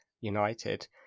United